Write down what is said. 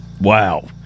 Wow